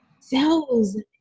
cells